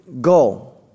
Go